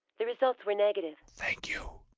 the results were negative. thank you.